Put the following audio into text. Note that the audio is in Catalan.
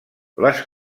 les